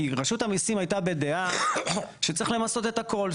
רשות המיסים הייתה בדעה שצריך למסות את הכל.